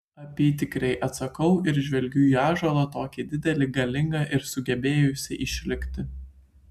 apytikriai atsakau ir žvelgiu į ąžuolą tokį didelį galingą ir sugebėjusį išlikti